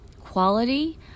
quality